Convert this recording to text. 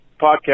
podcast